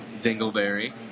Dingleberry